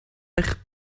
eich